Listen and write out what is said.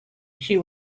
she